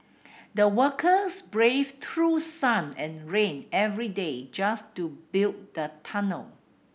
the workers braved through sun and rain every day just to build the tunnel